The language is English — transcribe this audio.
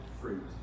fruit